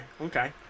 okay